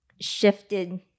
shifted